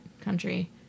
country